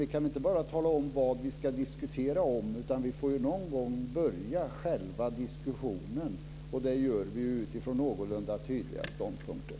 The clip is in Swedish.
Vi kan inte bara tala om vad vi ska diskutera, utan vi får någon gång börja själva diskussionen - och det gör vi utifrån någorlunda tydliga ståndpunkter.